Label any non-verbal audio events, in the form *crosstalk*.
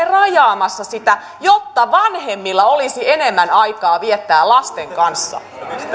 *unintelligible* rajaamassa sitä jotta vanhemmilla olisi enemmän aikaa viettää lasten kanssa